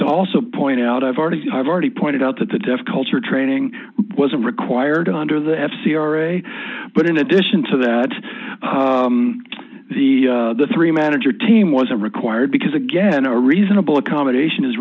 to also point out i've already i've already pointed out that the deaf culture training wasn't required under the f c c or a but in addition to that the the three manager team wasn't required because again a reasonable accommodation is